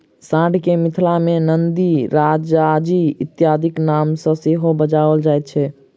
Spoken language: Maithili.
साँढ़ के मिथिला मे नंदी, राजाजी इत्यादिक नाम सॅ सेहो बजाओल जाइत छै